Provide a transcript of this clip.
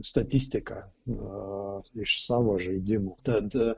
statistiką iš savo žaidimų tad